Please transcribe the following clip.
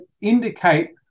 indicate